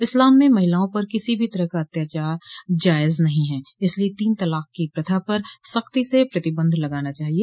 इस्लाम में महिलाओं पर किसी भी तरह का अत्याचार जायज नहीं है इसलिए तीन तलाक़ की प्रथा पर सख्ती से प्रतिबंध लगना चाहिए